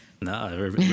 No